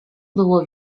było